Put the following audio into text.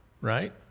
right